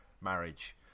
marriage